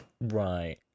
right